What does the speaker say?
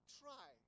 try